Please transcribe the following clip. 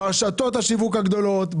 ברשתות השיווק הגדולות,